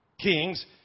kings